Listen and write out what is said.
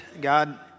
God